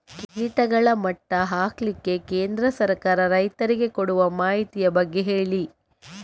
ಕೀಟಗಳ ಮಟ್ಟ ಹಾಕ್ಲಿಕ್ಕೆ ಕೇಂದ್ರ ಸರ್ಕಾರ ರೈತರಿಗೆ ಕೊಡುವ ಮಾಹಿತಿಯ ಬಗ್ಗೆ ಹೇಳಿ